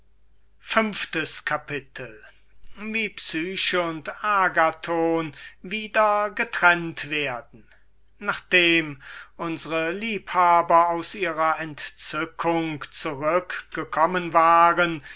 neuntes kapitel wie psyche und agathon wieder getrennt werden nachdem unsre liebhaber aus ihrer entzückung zurückgekommen waren